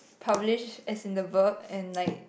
publish as in the verb and like